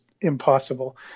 impossible